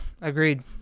agreed